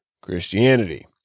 Christianity